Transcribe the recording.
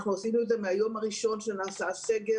עשינו את זה מהיום הראשון של הסגר,